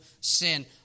sin